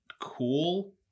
cool